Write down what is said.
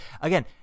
Again